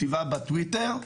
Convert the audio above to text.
כתיבה בטוויטר,